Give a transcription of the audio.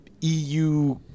EU